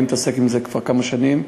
אני מתעסק עם זה כבר כמה שנים.